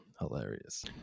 hilarious